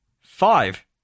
five